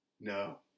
No